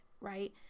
right